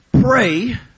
pray